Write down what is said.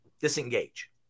disengage